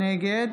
נגד